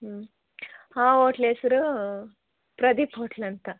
ಹ್ಞೂ ಆ ಹೋಟ್ಲ್ ಹೆಸ್ರು ಪ್ರದೀಪ್ ಹೋಟ್ಲ್ ಅಂತ